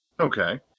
Okay